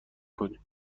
کنیم